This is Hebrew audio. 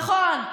נכון.